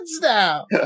now